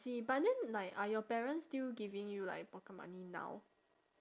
see but then like are your parents still giving you like pocket money now